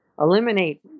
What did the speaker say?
eliminate